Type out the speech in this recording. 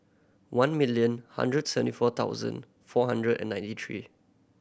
one million hundred seventy four thousand four hundred and ninety three